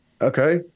Okay